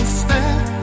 step